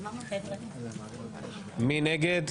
מי נגד?